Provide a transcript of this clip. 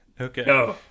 Okay